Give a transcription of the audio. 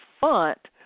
font